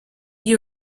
you